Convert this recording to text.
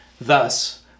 Thus